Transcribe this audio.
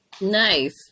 Nice